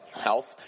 health